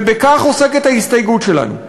ובכך עוסקת ההסתייגות שלנו.